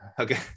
Okay